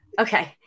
Okay